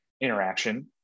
interaction